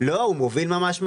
בדיונים.